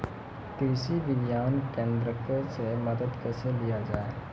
कृषि विज्ञान केन्द्रऽक से मदद कैसे लिया जाय?